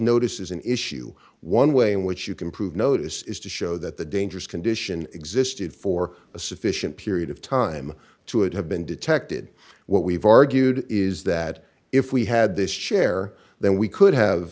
notice is an issue one way in which you can prove notice is to show that the dangerous condition existed for a sufficient period of time to it have been detected what we've argued is that if we had this share then we could have